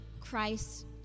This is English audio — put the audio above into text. Christ